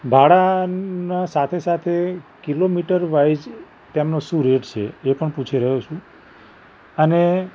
ભાડાનાં સાથે સાથે kilometre wise તેમનો શું રેટ છે એ પણ પૂછી રહ્યો છું અને